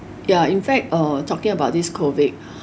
ya in fact uh talking about this COVID